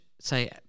say